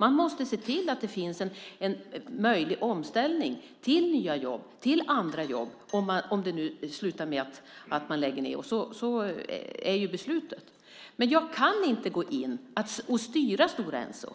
Man måste se till att det finns en möjlig omställning till nya jobb och andra jobb om det slutar med att man lägger ned. Så är beslutet. Jag kan inte gå in och styra Stora Enso.